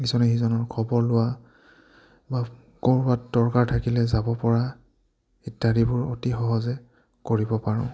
ইজনে সিজনৰ খবৰ লোৱা বা ক'ৰবাত দৰকাৰ থাকিলে যাব পৰা ইত্যাদিবোৰ অতি সহজে কৰিব পাৰোঁ